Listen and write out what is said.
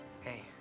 Hey